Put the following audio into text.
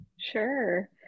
Sure